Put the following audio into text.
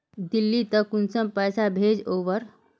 दिल्ली त कुंसम पैसा भेज ओवर?